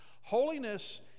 holiness